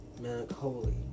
Melancholy